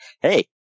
Hey